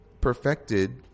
perfected